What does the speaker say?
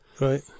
Right